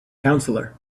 counselor